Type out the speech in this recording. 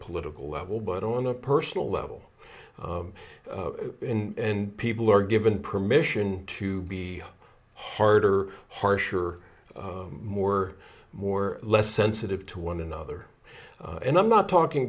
political level but on a personal level and people are given permission to be harder harsher more more less sensitive to one another and i'm not talking